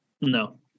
No